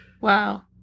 Wow